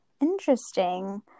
Interesting